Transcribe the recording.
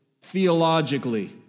theologically